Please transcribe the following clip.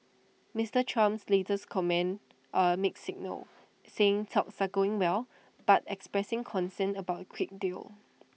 Mister Trump's latest comments are A mixed signal saying talks are going well but expressing concern about A quick deal